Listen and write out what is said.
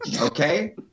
Okay